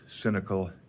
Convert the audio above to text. cynical